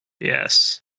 Yes